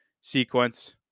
sequence